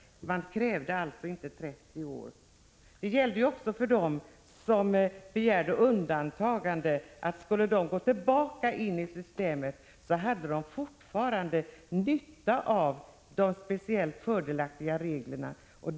Det krävdes alltså inte 30 poängår. Också de som begärde undantagande från ATP hade, om de skulle gå in i systemet, nytta av de speciellt fördelaktiga reglerna.